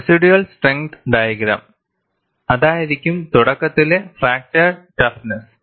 residual strength diagram അതായിരിക്കും തുടക്കത്തിലെ fracture toughness